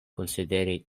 konsideri